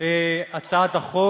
החוק